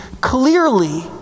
clearly